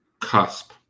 cusp